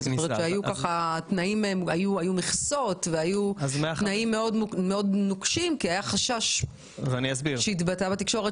אני זוכרת שהיו מכסות ותנאים מאוד נוקשים כי היה חשש שהתבטא בתקשורת